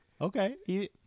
Okay